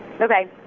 Okay